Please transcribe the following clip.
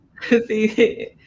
See